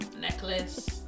necklace